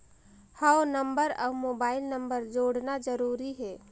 हव नंबर अउ mobile number जोड़ना जरूरी हे?